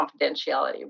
confidentiality